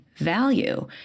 value